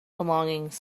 belongings